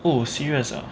oh serious ah